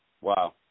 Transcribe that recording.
wow